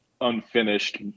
unfinished